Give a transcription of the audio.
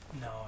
No